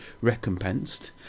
recompensed